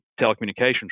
telecommunications